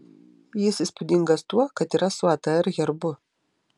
jis įspūdingas tuo kad yra su atr herbu